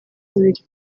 bubiligi